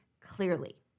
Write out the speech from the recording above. clearly